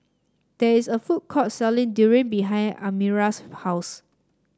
there is a food court selling Durian behind Elmira's house